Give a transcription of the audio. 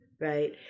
right